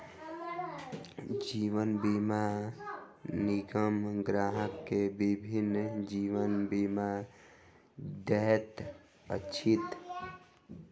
जीवन बीमा निगम ग्राहक के विभिन्न जीवन बीमा दैत अछि